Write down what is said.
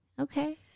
okay